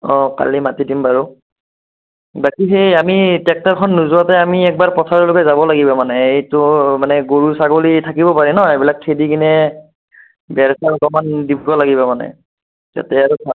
অঁ কালি মাতি দিম বাৰু বাকী সেই আমি ট্ৰেক্টৰখন নোযোৱাতে আমি একবাৰ পথাৰলৈকে যাব লাগিব মানে এইটো মানে গৰু ছাগলী থাকিব পাৰে ন এইবিলাক খেদি কিনে বেৰ চেৰ অকণমান দিব লাগিব মানে যাতে আৰু